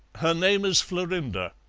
her name is florinda.